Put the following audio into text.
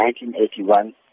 1981